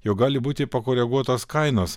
jog gali būti pakoreguotos kainos